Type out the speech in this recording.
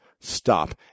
stop